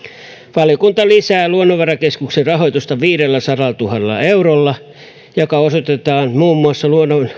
valiokunta lisää luonnonvarakeskuksen rahoitusta viidelläsadallatuhannella eurolla joka osoitetaan muun muassa